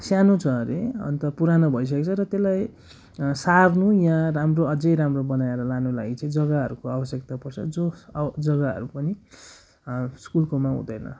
सानो छ अरे अन्त पुरानो भइसकेको छ र त्यसलाई सार्नु या राम्रो अझै राम्रो बनाएर लानुको लागि चाहिँ जग्गाहरूको आवश्यकता पर्छ जो अब जग्गाहरू पनि स्कुलकोमा हुँदैन